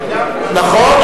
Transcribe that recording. נכון.